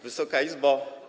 Wysoka Izbo!